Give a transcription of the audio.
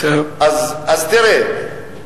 אז תראה,